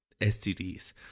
STDs